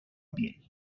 piel